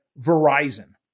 Verizon